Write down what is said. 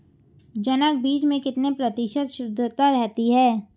जनक बीज में कितने प्रतिशत शुद्धता रहती है?